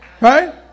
Right